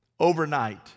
overnight